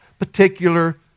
Particular